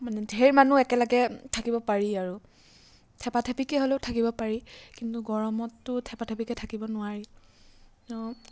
মানে ঢেৰ মানুহ একেলগে থাকিব পাৰি আৰু থেপাথেপিকৈ হ'লেও থাকিব পাৰি কিন্তু গৰমততো থেপাথেপিকৈ থাকিব নোৱাৰি ন